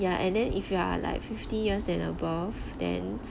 ya and then if you are like fifty years and above then